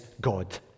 God